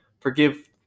forgive